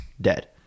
dead